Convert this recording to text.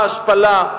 ההשפלה,